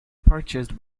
purchased